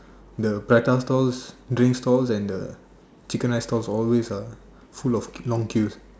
the prata stalls drink stalls and the chicken rice stalls always ah full of long queue